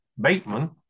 Bateman